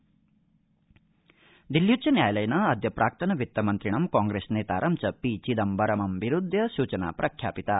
चिदम्बरम निगडनम् दिल्ल्यूच्च न्यायालयेन अद्य प्राक्तन वित्तमन्त्रिणं कांप्रेस नेतारं च पी चिदम्बरमं विरुध्य सूचना प्रख्यापिता